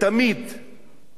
והזכרנו את זה,